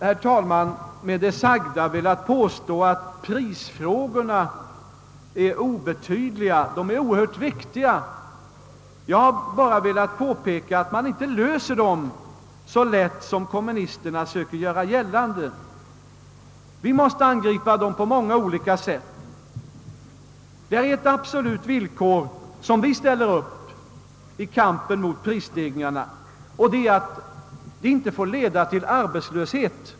Jag har inte med det sagda velat påstå att prisfrågorna är obetydliga, ty de är oerhört viktiga, utan jag har bara velat påpeka att man inte löser dem så lätt som kommunisterna söker göra gällande. Vi måste angripa dem på många olika sätt. Det finns ett absolut villkor som vi ställer upp i kampen mot prisstegringarna och det är att åtgärderna inte får leda till arbetslöshet.